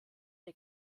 der